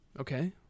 Okay